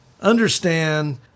understand